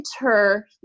enter